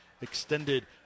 extended